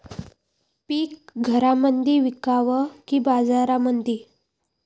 पीक घरामंदी विकावं की बाजारामंदी?